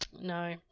no